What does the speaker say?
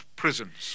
prisons